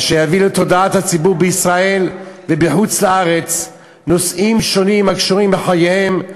אשר יביא לתודעת הציבור בישראל ובחוץ-לארץ נושאים שונים הקשורים לחייהם,